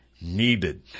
needed